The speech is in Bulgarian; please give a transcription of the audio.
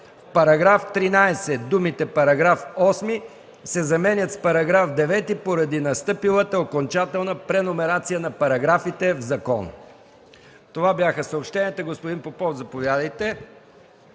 „В § 13 думите „параграф 8” се заменят с „параграф 9”, поради настъпилата окончателна преномерация на параграфите в закона. Това бяха съобщенията. Заповядайте,